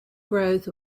growth